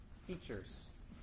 features